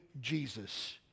Jesus